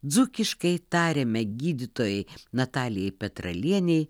dzūkiškai tariame gydytojai natalijai petralienei